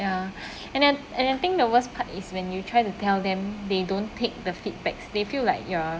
ya and then and I think the wors part is when you try to tell them they don't take the feedback they feel like ya